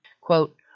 Quote